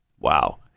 Wow